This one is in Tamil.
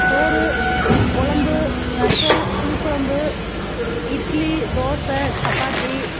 சோறு குழம்பு ரசம் புளிக்குழம்பு இட்லி தோசை சப்பாத்தி